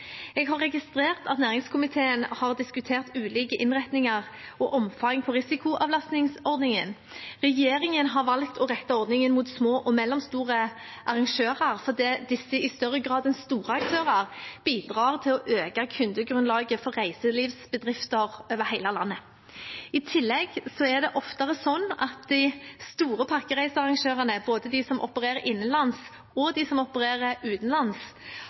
Jeg har registrert at næringskomiteen har diskutert ulike innretninger og omfang på risikoavlastningsordningen. Regjeringen har valgt å rette ordningen mot små og mellomstore arrangører fordi disse i større grad enn store aktører bidrar til å øke kundegrunnlaget for reiselivsbedrifter over hele landet. I tillegg er det oftere sånn at de store pakkereisearrangørene, både de som opererer innenlands, og de som opererer utenlands,